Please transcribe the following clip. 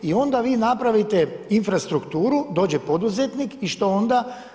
I onda vi napravite infrastrukturu, dođe poduzetnik i što onda?